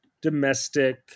domestic